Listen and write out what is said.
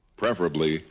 preferably